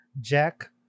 Jack